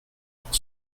pour